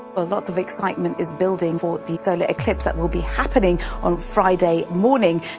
ah lots of excitement is building for the solar eclipse that will be happening on friday morning.